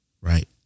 right